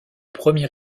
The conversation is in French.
premier